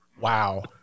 Wow